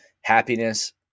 happiness